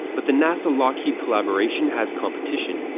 but the nasa lockheed collaboration has competition.